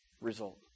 result